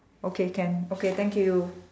okay can okay thank you